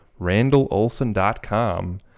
randallolson.com